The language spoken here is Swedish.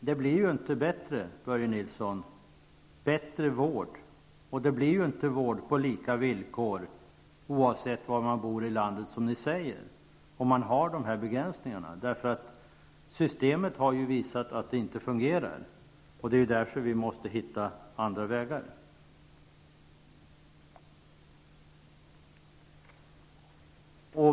Det blir inte bättre vård, Börje Nilsson, och inte vård på lika villkor oavsett var man bor, som ni säger, om man har de här begränsningarna. Systemet har visat att det inte fungerar. Det är därför vi måste hitta andra vägar.